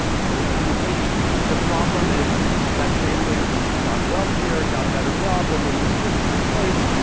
you know if you think the problem is that families got wealthier, got a better job when they move to a different place,